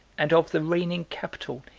and of the reigning capital,